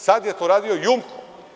Sad je to radio „Jumko“